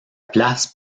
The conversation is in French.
place